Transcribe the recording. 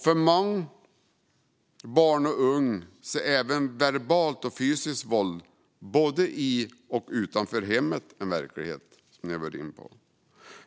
För många barn och unga är verbalt och fysiskt våld både i och utanför hemmet en verklighet, som vi har varit inne på.